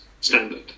standard